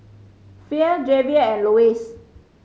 Fae Javier and Louie